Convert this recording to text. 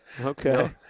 Okay